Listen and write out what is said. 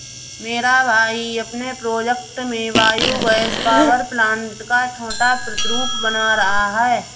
मेरा भाई अपने प्रोजेक्ट में बायो गैस पावर प्लांट का छोटा प्रतिरूप बना रहा है